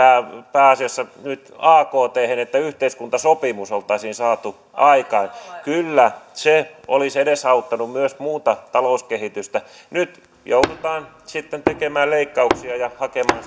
pääasiassa nyt akthen että yhteiskuntasopimus oltaisiin saatu aikaan kyllä se olisi edesauttanut myös muuta talouskehitystä nyt joudutaan sitten tekemään leikkauksia ja hakemaan